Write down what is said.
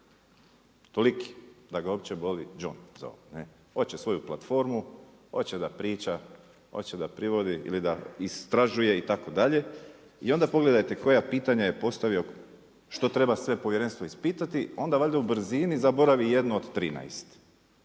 Toliki da ga uopće boli đon za ovo. Hoće svoju platformu, hoće da priča, hoće da privodi ili da istražuje itd.. I onda pogledajte koja pitanja je postavio, što treba sve povjerenstvo ispitati, onda valjda u brzini zaboravi jedno od 13